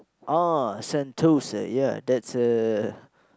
ah Sentosa ya that's a